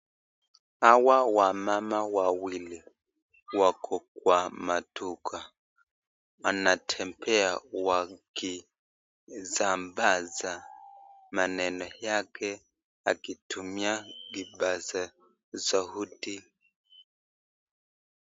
Hawa wamama wawili wako Kwa maduka anatembea wakisambaza maneno yake akitumia kipaza sauti.